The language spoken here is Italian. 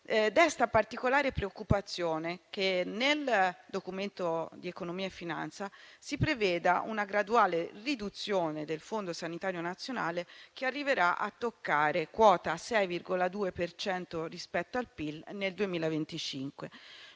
desta particolare preoccupazione che nel Documento di economia e finanza si preveda una graduale riduzione del Fondo sanitario nazionale, che arriverà a toccare quota 6,2 per cento rispetto al PIL, nel 2025.